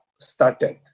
started